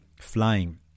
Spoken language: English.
flying